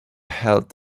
held